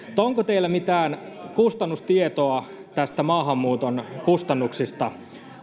onko teillä mitään tietoa maahanmuuton kustannuksista